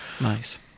Nice